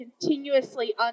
continuously